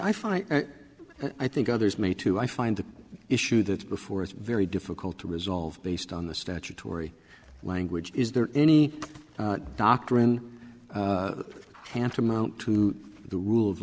and i think others may too i find the issue that's before it's very difficult to resolve based on the statutory language is there any doctrine tantamount to the rule